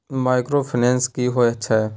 Microfinance की होय छै?